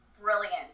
brilliant